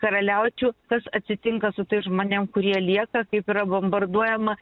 karaliaučių kas atsitinka su tais žmonėm kurie lieka kaip yra bombarduojama